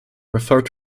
referred